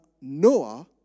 Noah